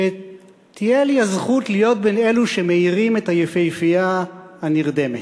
שתהיה לי הזכות להיות בין אלו שמעירים את היפהפייה הנרדמת.